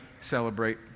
celebrate